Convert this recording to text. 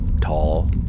tall